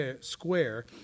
square